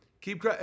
Keep